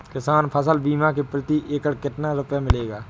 किसान फसल बीमा से प्रति एकड़ कितना रुपया मिलेगा?